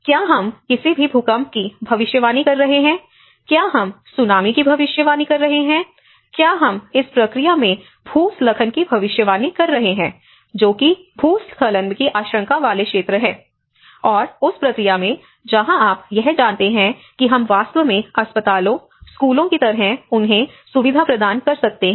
क्या हम किसी भी भूकंप की भविष्यवाणी कर रहे हैं क्या हम सुनामी की भविष्यवाणी कर रहे हैं क्या हम इस प्रक्रिया में भूस्खलन की भविष्यवाणी कर रहे हैं जो कि भूस्खलन की आशंका वाले क्षेत्र हैं और उस प्रक्रिया में जहां आप यह जान सकते हैं कि हम वास्तव में अस्पतालों स्कूलों की तरह उन्हें सुविधा प्रदान कर सकते हैं